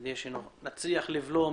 כדי לנסות לבלום